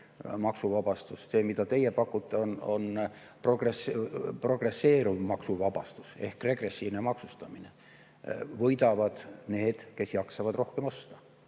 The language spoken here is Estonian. See, mida teie pakute, on progresseeruv maksuvabastus ehk regressiivne maksustamine – võidavad need, kes jaksavad rohkem osta.